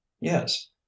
yes